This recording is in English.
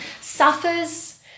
suffers